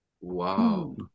Wow